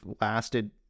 lasted